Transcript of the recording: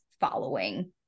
following